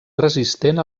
resistent